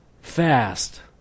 fast